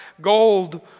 gold